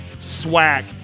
Swag